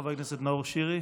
חבר הכנסת נאור שירי.